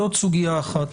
זאת סוגיה אחת.